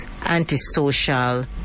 antisocial